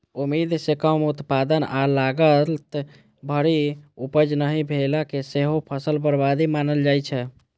उम्मीद सं कम उत्पादन आ लागत भरि उपज नहि भेला कें सेहो फसल बर्बादी मानल जाइ छै